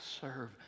serve